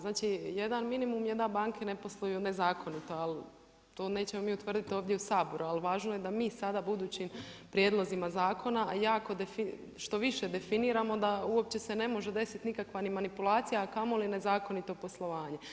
Znači jedan minimum je da banke ne posluju nezakonito, ali to neće mi utvrditi ovdje u Saboru, ali važno je da mi sada budućim prijedlozima zakona, što više definiramo da uopće se ne može desiti nikakva ni manipulacija a kamoli nezakonito poslovanje.